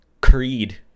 Creed